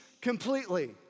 completely